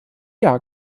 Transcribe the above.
jahr